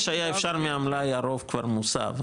מה שהיה אפשר מהמלאי, הרוב כבר מוסב.